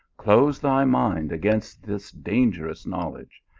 close thy mind against this dangerous knowledge.